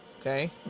okay